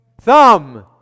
thumb